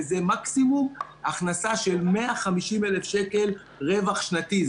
וזה מקסימום הכנסה של 150,000 שקל רווח שנתי,